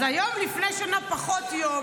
אז היום לפני שנה פחות יום,